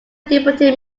deputy